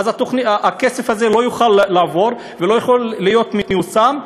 ואז הכסף הזה לא יוכל לעבור ולא יוכל להיות מיושם,